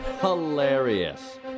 Hilarious